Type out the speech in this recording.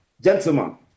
gentlemen